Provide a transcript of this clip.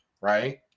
right